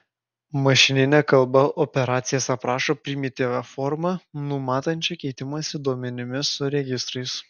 mašininė kalba operacijas aprašo primityvia forma numatančia keitimąsi duomenimis su registrais